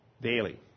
daily